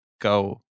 go